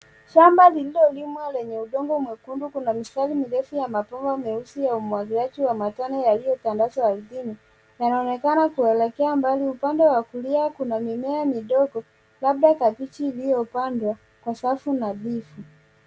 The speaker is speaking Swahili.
Shamba lililolimwa lenye udongo mwekundu. Kuna mistari mirefu ya mabomba meusi ya umwagiliaji wa matone yaliyotandazwa ardhini. Yanaonekana kuelekea mbali. Upande wa kulia kuna mimea midogo labda kabichi iliyopandwa kwa safu nadhifu.